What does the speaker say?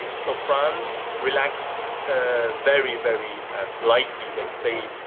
so, france, relaxed ah very, very and lightly, let's say,